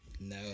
no